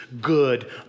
good